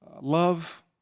love